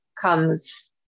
comes